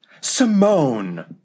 Simone